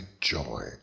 joy